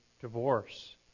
divorce